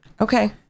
Okay